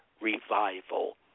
revival